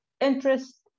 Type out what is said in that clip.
interest